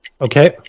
Okay